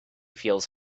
feels